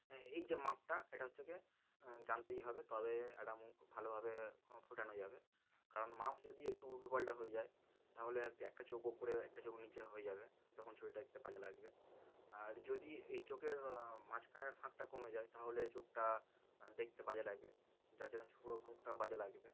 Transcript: এএই যে মাপটা এটা হচ্ছে গে জানতেই হবে তবে একটা মুখ ভালোভাবে ফোটানো যাবে কারণ মাপ যদি একটু উল্টো পাল্টা হয়ে যায় তাহলে এক একটা চোখ ওপরে একটা চোখ নিচে হয়ে যাবে তখন ছবিটা দেখতে বাজে লাগবে আর যদি এই চোখের মাঝখানের ফাঁকটা কমে যায় তাহলে চোখটা দেখতে বাজে লাগবে যার জন্য ছুরো মুখটাও বাজে লাগবে